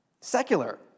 secular